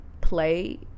play